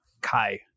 Kai